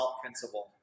principle